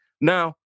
Now